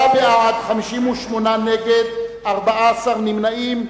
עשרה בעד, 58 נגד, 14 נמנעים.